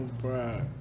fried